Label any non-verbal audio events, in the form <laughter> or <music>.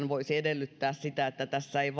<unintelligible> voisi edellyttää sitä että tämä ei <unintelligible>